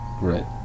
Right